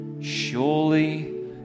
Surely